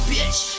Bitch